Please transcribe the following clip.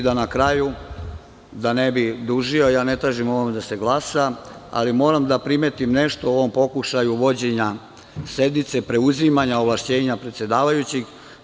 Da ne bih dužio, ja ne tražim o ovome da se glasa, ali moram da primetim nešto o ovom pokušaju vođenja sednice, preuzimanja ovlašćenja predsedavajućeg.